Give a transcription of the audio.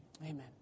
Amen